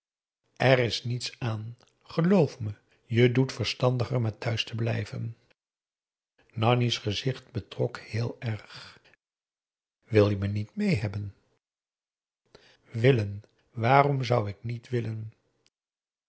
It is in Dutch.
er is niets aan geloof me je doet verstandiger met thuis te blijven nanni's gezicht betrok heel erg wil je me niet meê hebben willen waarom zou ik niet willen